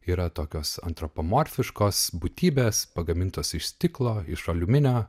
yra tokios antropomorfiškos būtybės pagamintos iš stiklo iš aliuminio